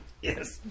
Yes